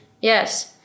Yes